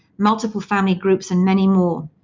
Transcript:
multiple family groups and many more.